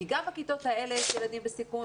כי גם בכיתות האלה יש ילדים בסיכון.